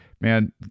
Man